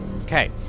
Okay